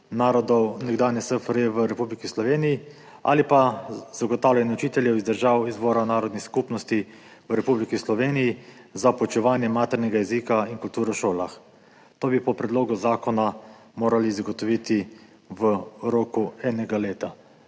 narodov nekdanje SFRJ v Republiki Sloveniji ali pa zagotavljanje učiteljev iz držav izvora narodnih skupnosti v Republiki Sloveniji za poučevanje maternega jezika in kulture v šolah. To bi po predlogu zakona morali zagotoviti v roku enega leta.